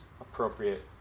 appropriate